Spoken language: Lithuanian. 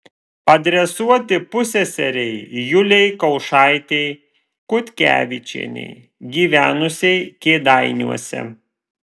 adresuoti pusseserei julei kaušaitei kutkevičienei gyvenusiai kėdainiuose